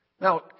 Now